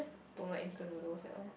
don't like instant noodle at all